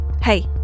hey